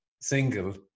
single